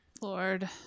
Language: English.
Lord